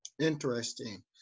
Interesting